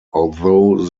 although